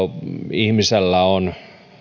ihmisellä on